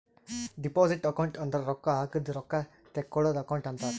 deposit account ಅಂದುರ್ ರೊಕ್ಕಾ ಹಾಕದ್ ರೊಕ್ಕಾ ತೇಕ್ಕೋಳದ್ ಅಕೌಂಟ್ ಅಂತಾರ್